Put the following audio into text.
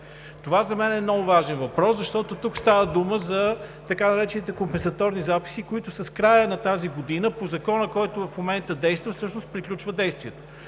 Това за мен е много важен въпрос, защото тук става дума за така наречените компенсаторни записи, които в края на тази година по Закона, който в момента действа, всъщност приключва действието.